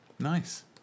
Nice